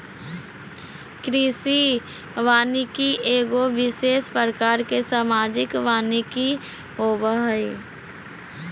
कृषि वानिकी एगो विशेष प्रकार के सामाजिक वानिकी होबो हइ